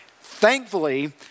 Thankfully